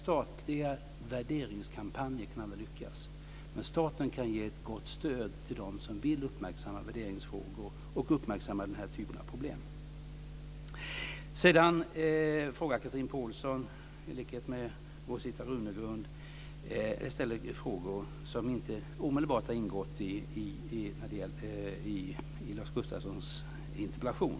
Statliga värderingskampanjer kan aldrig lyckas. Men staten kan ge ett gott stöd till dem som vill uppmärksamma värderingsfrågor och den här typen av problem. Chatrine Pålsson ställer i likhet med Rosita Runegrund frågor som inte omedelbart har ingått i Lars Gustafssons interpellation.